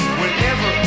whenever